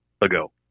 ago